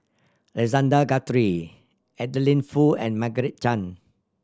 Alexander Guthrie Adeline Foo and Margaret Chan